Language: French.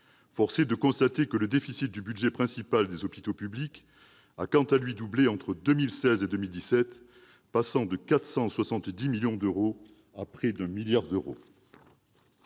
Force est de constater que le déficit du budget principal des hôpitaux publics a quant à lui doublé entre 2016 et 2017, passant de 470 millions d'euros à près de 1 milliard d'euros.